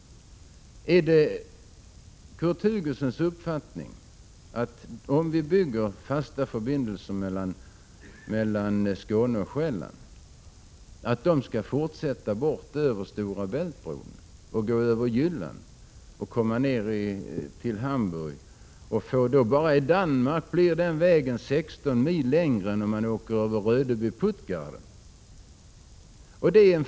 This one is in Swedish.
Är det Kurt Hugossons uppfattning att de fasta förbindelser mellan Skåne och Själland som föreslås skall fortsätta bort till bron över Stora Bält, gå över Jylland och nå ner till Hamburg? Bara i Danmark blir den vägen 16 mil längre än att åka via Rödby-Puttgarden.